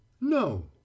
No